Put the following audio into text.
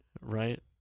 Right